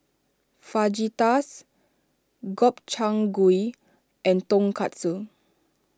Fajitas Gobchang Gui and Tonkatsu